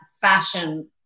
fashion